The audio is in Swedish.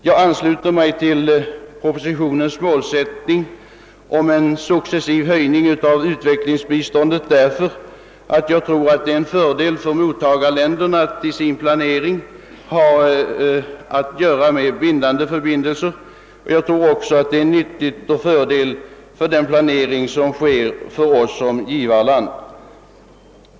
Jag ansluter mig till propositionens målsättning, en successiv höjning av utvecklingsbiståndet, därför att jag tror det är till fördel för mottagarländernas planering att ha bindande utfästelser och även fördelaktigt för oss som givarland.